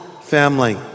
family